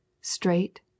straight